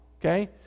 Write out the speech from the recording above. Okay